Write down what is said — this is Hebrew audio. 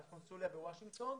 הקונסוליה בוושינגטון,